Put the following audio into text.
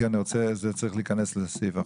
כי זה צריך להיכנס לסעיף החוק.